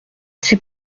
c’est